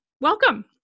Welcome